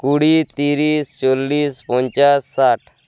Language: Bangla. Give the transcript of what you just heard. কুড়ি তিরিশ চল্লিশ পঞ্চাশ ষাট